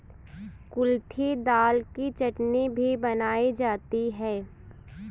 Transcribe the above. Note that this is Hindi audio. कुल्थी दाल की चटनी भी बनाई जाती है